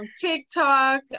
TikTok